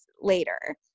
later